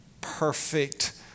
perfect